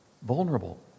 Vulnerable